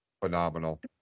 Phenomenal